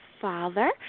Father